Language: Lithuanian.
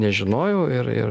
nežinojau ir ir